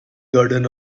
garden